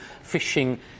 fishing